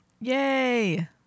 Yay